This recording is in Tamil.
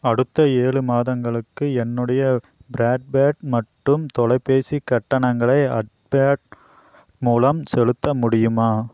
அடுத்த ஏழு மாதங்களுக்கு என்னுடைய ப்ராட்பேட்க் மற்றும் தொலைபேசி கட்டணங்களை அட்பேக் மூலம் செலுத்த முடியுமா